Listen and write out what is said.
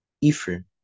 Ephraim